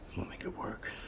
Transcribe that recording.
we'll make it work.